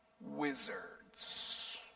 wizards